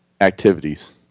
activities